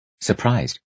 surprised